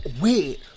wait